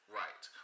right